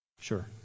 Sure